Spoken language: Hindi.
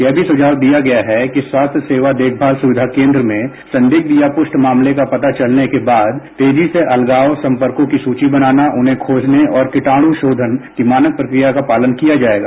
यह भी सुझाव दिया गया है कि स्वास्थ्य सेवा देखमाल सुविधा केन्द्र में संदिग्ध या पुष्ट मामले का पता चलने के बाद तेजी से अलगाव संपर्को की सूची बनाना उन्हें खोजने और कीटाणुशोधन की मानक प्रक्रिया का पालन किया जायेगा